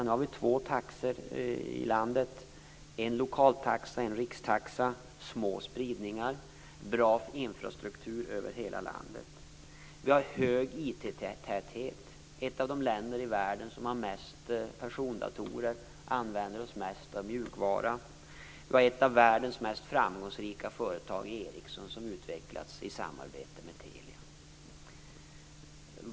Nu har vi två taxor i landet, en lokaltaxa och en rikstaxa, små spridningar och bra infrastruktur över hela landet. Vi har hög IT-täthet och är ett av de länder i världen som har flest persondatorer och använder oss mest av mjukvara. Vi har ett av världens mest framgångsrika företag, Ericsson, som utvecklats i samarbete med Telia.